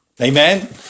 Amen